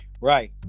right